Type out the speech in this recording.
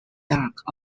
dark